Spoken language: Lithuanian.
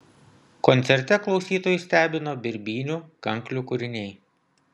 koncerte klausytojus stebino birbynių kanklių kūriniai